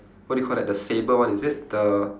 what do you call that the saber one is it the